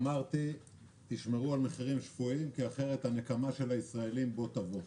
אמרתי: תשמרו על מחירים שפויים כי אחרת הנקמה של הישראלים בוא תבוא.